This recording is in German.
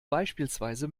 beispielsweise